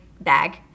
bag